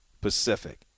pacific